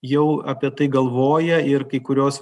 jau apie tai galvoja ir kai kurios